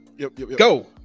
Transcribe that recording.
Go